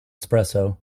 espresso